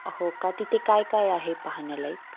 हो का तिथे काय काय आहे पाहण्यालायक